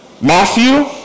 Matthew